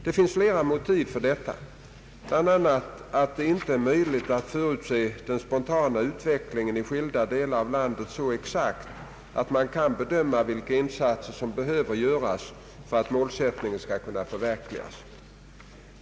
Det finns flera motiv för detta bl.a. att det inte är möjligt att förutse den spontana utvecklingen i skilda delar av landet så exakt att man kan bedöma vilka insatser som behöver göras för att målsättningen skall kunna förverkligas.